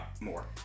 more